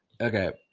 Okay